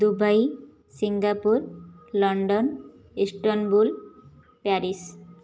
Dubai Singapore London Istanbul Paris